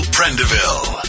Prendeville